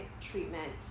treatment